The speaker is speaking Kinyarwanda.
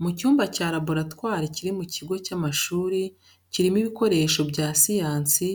Mu cyumba cya laboratwari kiri mu kigo cy’amashuri, kirimo ibikoresho bya siyansi